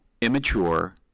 immature